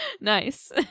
nice